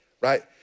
right